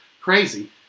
Crazy